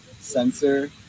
sensor